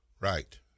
Right